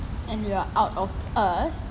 and we are out of earth